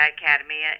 academy